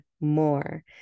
more